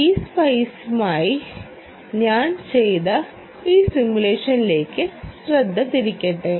piece സ്പൈസിനായി ഞാൻ ചെയ്ത ഈ സിമുലേഷനിലേക്ക് ശ്രദ്ധ തിരിക്കട്ടെ